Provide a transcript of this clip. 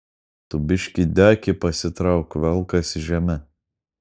tu biškį dekį pasitrauk velkasi žeme